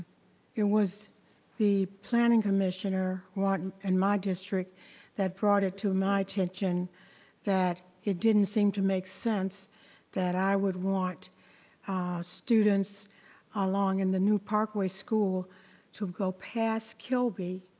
it was the planning commissioner in and and my district that brought it to my attention that it didn't seem to make sense that i would want students along in the new parkway school to go past kilby